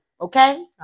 Okay